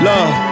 Love